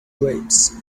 grapes